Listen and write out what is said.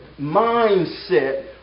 mindset